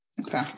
Okay